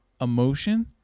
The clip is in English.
emotion